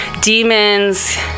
demons